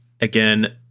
again